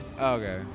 Okay